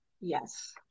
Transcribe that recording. Yes